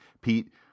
pete